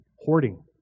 Hoarding